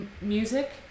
music